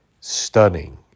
stunning